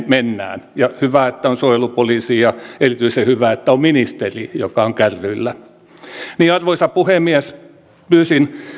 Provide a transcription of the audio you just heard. mennään hyvä että on suojelupoliisi ja erityisen hyvä että on ministeri joka on kärryillä arvoisa puhemies pyysin